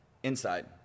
Inside